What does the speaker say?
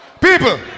People